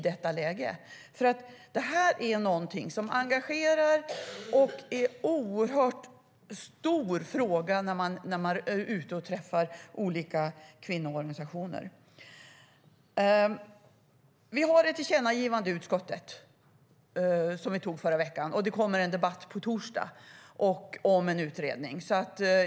Detta är någonting som engagerar och är en stor fråga när man är ute och träffar olika kvinnoorganisationer. Utskottet föreslog ett tillkännagivande förra veckan, och det kommer en riksdagsdebatt på torsdag om en utredning.